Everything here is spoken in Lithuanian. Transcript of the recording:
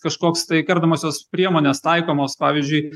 kažkoks tai kardomosios priemonės taikomos pavyzdžiui